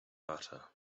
butter